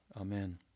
Amen